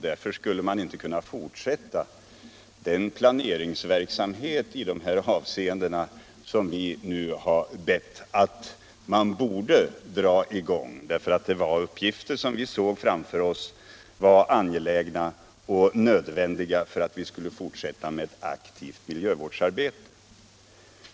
Därför skulle den inte kunna fortsätta med de uppgifter som vi såg framför oss som angelägna och nödvändiga för att fullfölja ett aktivt miljövårdsarbete.